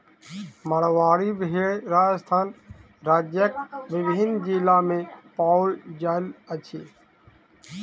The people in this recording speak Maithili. मारवाड़ी भेड़ राजस्थान राज्यक विभिन्न जिला मे पाओल जाइत अछि